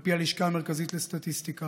על פי הלשכה המרכזית לסטטיסטיקה,